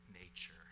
nature